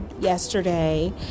yesterday